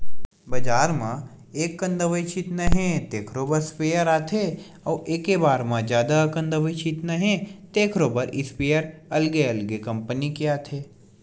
बजार म एककन दवई छितना हे तेखरो बर स्पेयर आथे अउ एके बार म जादा अकन दवई छितना हे तेखरो इस्पेयर अलगे अलगे कंपनी के आथे